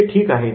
हे ठीक आहे